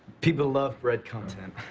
people love bread content.